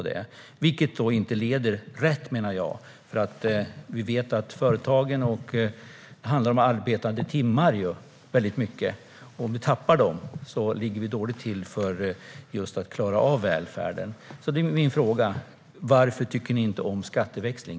Det leder inte rätt, menar jag, för vi vet att det handlar om arbetade timmar. Om vi tappar dem ligger vi dåligt till när det gäller att klara av välfärden. Min fråga är: Varför tycker ni inte om skatteväxling?